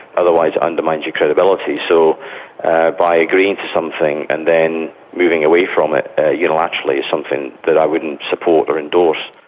otherwise it undermines your credibility. so by agreeing to something and then moving away from it unilaterally is something that i wouldn't support or endorse.